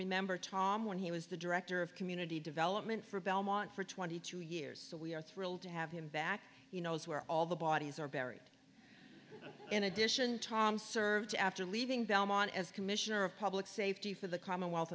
remember tom when he was the director of community development for belmont for twenty two years so we are thrilled to have him back you know where all the bodies are buried in addition tom served after leaving belmont as commissioner of public safety for the commonwealth